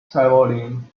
travelling